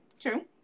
true